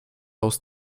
aus